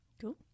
Cool